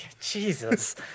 Jesus